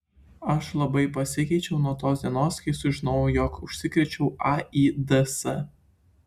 aš labai pasikeičiau nuo tos dienos kai sužinojau jog užsikrėčiau aids